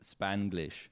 Spanglish